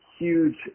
huge